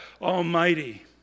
Almighty